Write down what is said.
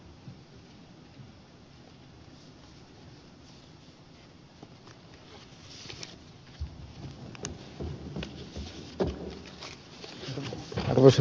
arvoisa puhemies